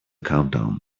countdown